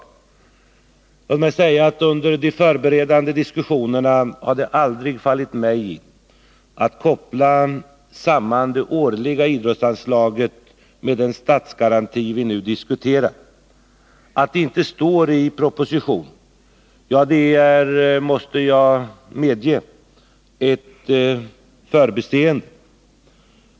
Låt mig säga att under de förberedande diskussionerna har det aldrig fallit mig in att koppla samman det årliga idrottsanslaget med den statsgaranti vi nu diskuterar. Att detta inte står i propositionen är ett förbiseende, det måste jag medge.